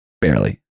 Barely